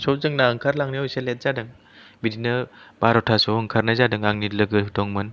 स' जोंना ओंखारलांनायाव एसे लेट जादों बिदिनो बार'थासोआव ओंखारनाय जादों आंनि लोगो दंमोन